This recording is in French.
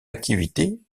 activité